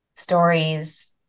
stories